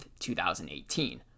2018